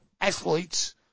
athletes